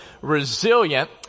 resilient